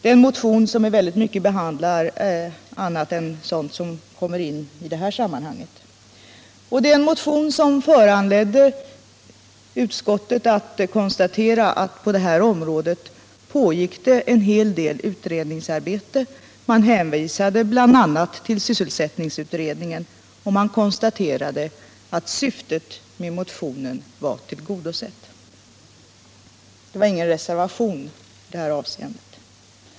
Den motionen behandlar också mycket annat än det som berör dagens diskussion. Den föranledde utskottet att konstatera att det på detta område pågick en hel del utredningsarbete. Utskottet hänvisade bl.a. till sysselsättningsutredningen och konstaterade att syftet med motionen var tillgodosett. Det förelåg ingen reservation i detta avseende.